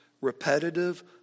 Repetitive